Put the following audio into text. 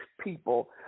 people